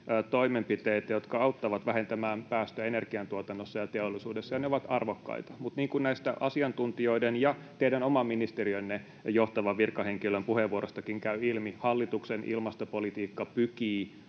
toimenpiteitä, jotka auttavat vähentämään päästöjä energiantuotannossa ja teollisuudessa, ja ne ovat arvokkaita. Mutta niin kuin näistä asiantuntijoiden ja teidän oman ministeriönne johtavan virkahenkilön puheenvuorostakin käy ilmi, hallituksen ilmastopolitiikka pykii